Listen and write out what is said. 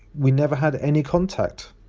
we never had any contact.